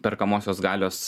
perkamosios galios